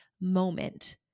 moment